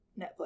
Netflix